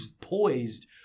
poised